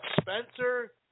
Spencer